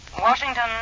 Washington